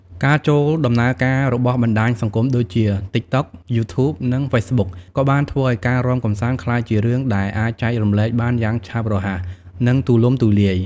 ការចូលដំណើរការរបស់បណ្តាញសង្គមដូចជា TikTok, YouTube និង Facebook ក៏បានធ្វើឲ្យការរាំកម្សាន្តក្លាយជារឿងដែលអាចចែករំលែកបានយ៉ាងឆាប់រហ័ស និងទូលំទូលាយ។